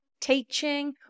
teaching